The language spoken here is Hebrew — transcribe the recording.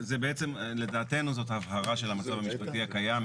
זה עצם לדעתנו זאת ההבהרה של המצב המשפטי הקיים.